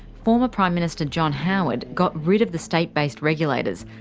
former prime minister john howard got rid of the state-based regulators,